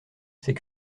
c’est